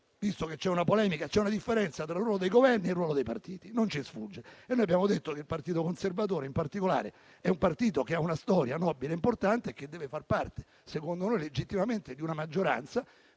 visto che c'è una polemica, vi è una differenza tra ruolo dei Governi e ruolo dei partiti, non ci sfugge, e noi abbiamo detto che il partito conservatore in particolare ha una storia nobile e importante e deve far parte, secondo noi legittimamente, di una maggioranza,